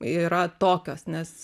yra tokios nes